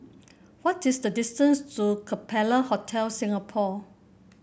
what is the distance to Capella Hotel Singapore